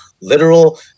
literal